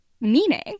meaning